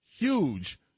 Huge